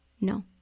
No